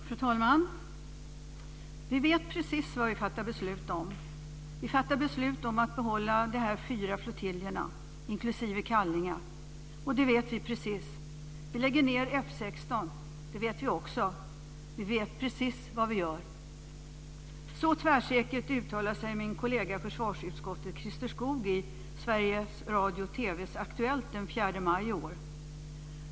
Fru talman! "Vi vet precis vad vi fattar beslut om, vi fattar beslut om att behålla de här fyra flottiljerna, inklusive Kallinge, och det vet vi precis. Vi lägger ned F 16, det vet vi också, vi vet precis vad vi gör." Så tvärsäkert uttalade sig min kollega i försvarsutskottet, Christer Skoog, i SVT:s Aktuellt den 4 maj i år.